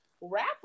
rapper